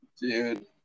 Dude